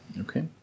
Okay